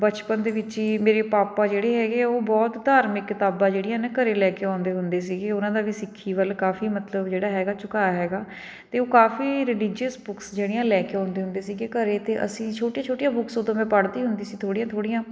ਬਚਪਨ ਦੇ ਵਿੱਚ ਹੀ ਮੇਰੇ ਪਾਪਾ ਜਿਹੜੇ ਹੈਗੇ ਹੈ ਉਹ ਬਹੁਤ ਧਾਰਮਿਕ ਕਿਤਾਬਾਂ ਜਿਹੜੀਆਂ ਨੇ ਘਰੇ ਲੈ ਕੇ ਆਉਂਦੇ ਹੁੰਦੇ ਸੀਗੇ ਉਹਨਾਂ ਦਾ ਵੀ ਸਿੱਖੀ ਵੱਲ ਕਾਫੀ ਮਤਲਬ ਜਿਹੜਾ ਹੈਗਾ ਝੁਕਾਅ ਹੈਗਾ ਅਤੇ ਉਹ ਕਾਫੀ ਰਲੀਜੀਅਸ ਬੁੱਕਸ ਜਿਹੜੀਆਂ ਲੈ ਕੇ ਆਉਂਦੇ ਹੁੰਦੇ ਸੀਗੇ ਘਰ ਅਤੇ ਅਸੀਂ ਛੋਟੀਆਂ ਛੋਟੀਆਂ ਬੁੱਕਸ ਉਦੋਂ ਮੈਂ ਪੜ੍ਹਦੀ ਹੁੰਦੀ ਸੀ ਥੋੜ੍ਹੀਆਂ ਥੋੜ੍ਹੀਆਂ